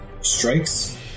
strikes